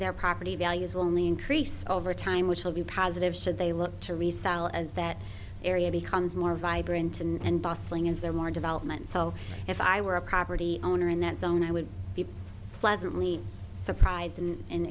their property values will only increase over time which will be positive said they look to restyle as that area becomes more vibrant and bustling is there more development so if i were a property owner in that zone i would be pleasantly surprised and